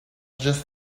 just